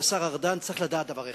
השר ארדן, צריך לדעת דבר אחד.